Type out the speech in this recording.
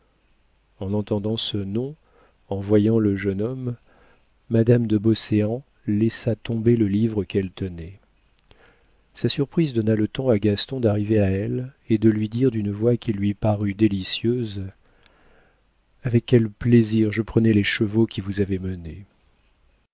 en entendant ce nom en voyant le jeune homme madame de beauséant laissa tomber le livre qu'elle tenait sa surprise donna le temps à gaston d'arriver à elle et de lui dire d'une voix qui lui parut délicieuse avec quel plaisir je prenais les chevaux qui vous avaient menée